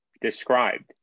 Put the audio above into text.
described